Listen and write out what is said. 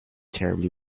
terribly